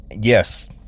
yes